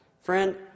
Friend